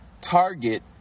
Target